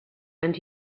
and